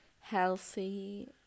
healthy